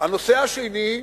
הנושא השני,